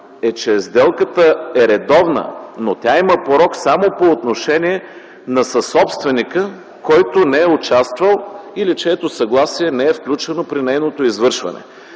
е, че сделката е редовна, но тя има порок само по отношение на съсобственика, който не е участвал или чието съгласие не е включено при нейното извършване.